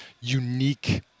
unique